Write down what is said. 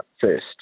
first